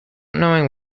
knowing